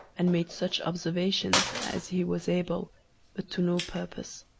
and made such observations as he was able, but to no purpose.